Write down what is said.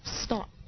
Stop